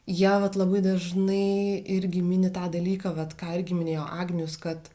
jie vat labai dažnai irgi mini tą dalyką vat ką irgi minėjo agnius kad